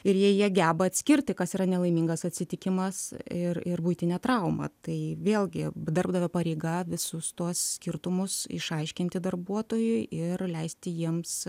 ir jei jie geba atskirti kas yra nelaimingas atsitikimas ir ir buitinę traumą tai vėlgi darbdavio pareiga visus tuos skirtumus išaiškinti darbuotojui ir leisti jiems